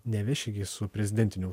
neveši gi su prezidentiniu